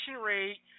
rate